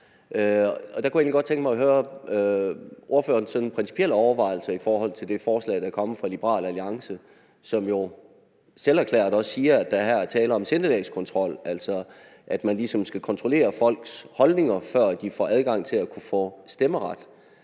rammer, kunne jeg egentlig godt tænke mig at høre ordførerens sådan principielle overvejelser om det forslag, der er kommet fra Liberal Alliance, som jo også siger, at der her er tale om sindelagskontrol, altså at man ligesom skal kontrollere folks holdninger, før de får adgang til at kunne få stemmeret.